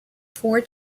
four